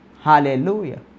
Hallelujah